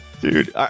Dude